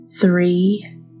three